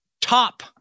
top